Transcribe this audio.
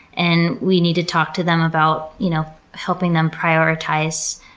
and we need to talk to them about you know helping them prioritize.